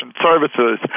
services